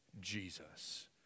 Jesus